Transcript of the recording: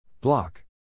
Block